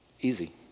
Easy